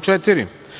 Četvrta